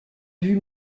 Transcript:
vue